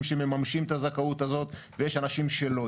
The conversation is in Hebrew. שמממשים את הזכאות הזאת ויש אנשים שלא.